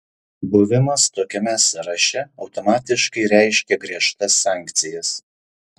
buvimas tokiame sąraše automatiškai reiškia griežtas sankcijas